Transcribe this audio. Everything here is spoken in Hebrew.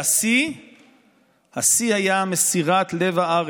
והשיא היה מסירת לב הארץ,